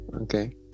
okay